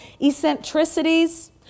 eccentricities